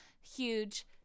Huge